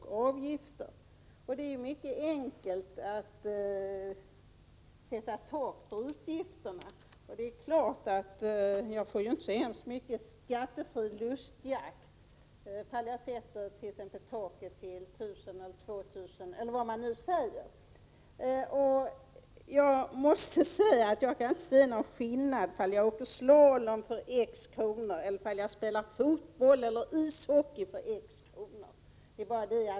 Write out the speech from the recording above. Det är mycket enkelt att sätta tak på utgifterna. Man kan när det gäller lustyachter sätta taket vid 1 000 kr. eller 2 000 kr. eller vad man nu vill. Jag måste säga att jag inte kan se någon skillnad mellan att jag åker slalom för x kr. och att jag spelar fotboll eller ishockey för x kr.